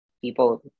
people